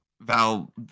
Val